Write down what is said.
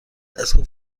دستگاه